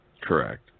Correct